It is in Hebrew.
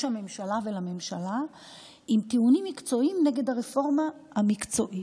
הממשלה ולממשלה עם טיעונים מקצועיים נגד הרפורמה המשפטית.